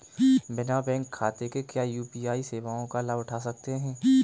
बिना बैंक खाते के क्या यू.पी.आई सेवाओं का लाभ उठा सकते हैं?